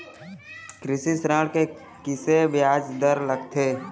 कृषि ऋण के किसे ब्याज दर लगथे?